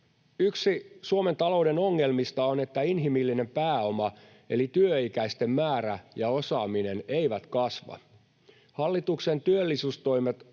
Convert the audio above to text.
Yksi Suomen talouden ongelmista on, että inhimillinen pääoma eli työikäisten määrä ja osaaminen ei kasva. Hallituksen työllisyystoimet